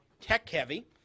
tech-heavy